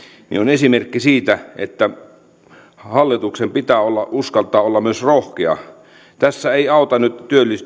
esimerkki siitä että hallituksen pitää uskaltaa olla myös rohkea tässä ei auta nyt työllisyysmäärärahojen jatkuva